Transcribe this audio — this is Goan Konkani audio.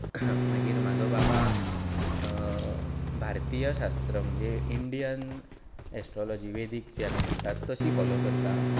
मागीर म्हाजो बाबा भारतीयशास्त्र म्हणजें इंडियन एस्ट्रोलोजी वेदीक जी आमी म्हणटात तशी फॉलो करता